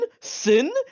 Sin